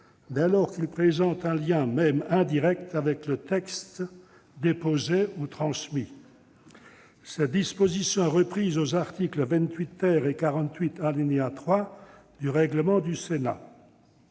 dès lors qu'il présente un lien, même indirect, avec le texte déposé ou transmis ». Cette disposition est reprise aux articles 28 et 48, alinéa 3, du règlement du Sénat.